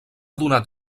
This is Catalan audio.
donat